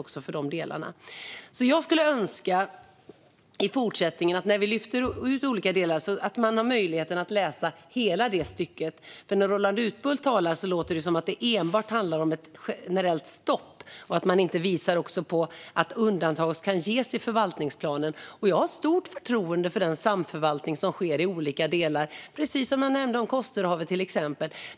Jag skulle önska att vi, när vi i fortsättningen lyfter ut olika delar, får möjlighet att höra hela stycket. När Roland Utbult talar låter det nämligen som att det enbart handlar om ett generellt stopp och att man inte visar på att undantag kan ges i förvaltningsplanen. Jag har stort förtroende för den samförvaltning som sker i olika delar, precis som jag nämnde när det gäller till exempel Kosterhavet.